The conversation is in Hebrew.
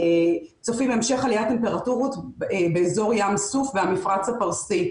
צופים המשך עליית טמפרטורות באזור ים סוף והמפרץ הפרסי.